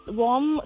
warm